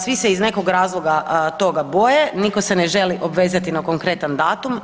Svi se iz nekog razloga toga boje, nitko se ne želi obvezati na konkretan datum.